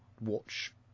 watch